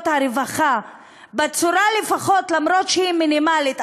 הרווחה בצורה שלמרות שהיא מינימלית,